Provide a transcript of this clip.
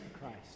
Christ